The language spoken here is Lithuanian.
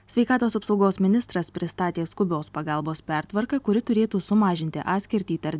sveikatos apsaugos ministras pristatė skubios pagalbos pertvarką kuri turėtų sumažinti atskirtį tarp